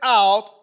out